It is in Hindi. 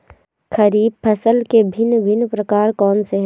खरीब फसल के भिन भिन प्रकार कौन से हैं?